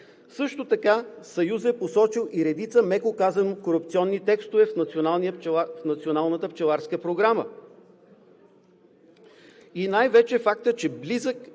Също така Съюзът е посочил и редица, меко казано, корупционни текстове в Националната пчеларска програма и най-вече фактът, че близък